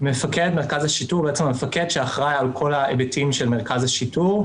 מפקד מרכז השיטור אחראי על כל ההיבטים של מרכז השיטור.